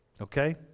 Okay